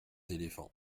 éléphants